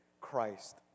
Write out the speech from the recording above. Christ